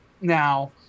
Now